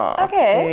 okay